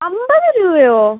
അമ്പത് രൂപയോ